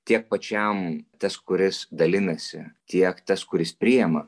tiek pačiam tas kuris dalinasi tiek tas kuris priima